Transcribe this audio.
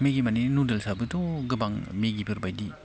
मेगि माने नुडोल्सआबोथ' गोबां मेगिफोरबायदि